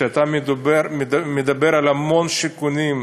כשאתה מדבר על המון שיכונים,